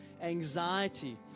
Anxiety